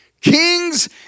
Kings